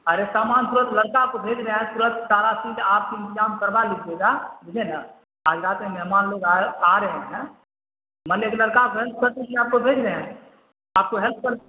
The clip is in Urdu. ارے سامان تورنت لرکا کو بھیج رہے ہیں تورنت سارا چیج آپ انتجام کروا لیجیے گا بجھے نا آ ج رات میں مہمان لوگ ایرو آ رہے ہیں مان لیے کہ لرکا آپ کو بھیج رہے ہیں آپ کو ہیلپ کر